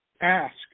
ask